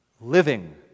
living